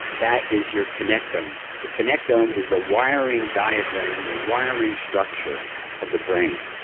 that is your connectome um the connectome um is the wiring diagram, the wiring structure of the brain.